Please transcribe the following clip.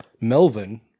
Melvin